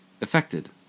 affected